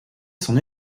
son